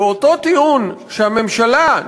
ואותו טיעון שהממשלה,